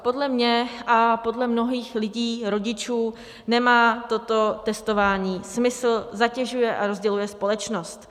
Podle mě a podle mnohých lidí, rodičů nemá toto testování smysl, zatěžuje a rozděluje společnost.